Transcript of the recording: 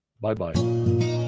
bye-bye